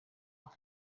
aho